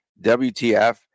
WTF